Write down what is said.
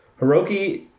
Hiroki